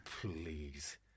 please